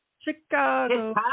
Chicago